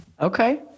Okay